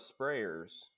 sprayers